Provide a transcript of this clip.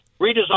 redesign